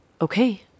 Okay